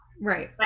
Right